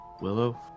Willow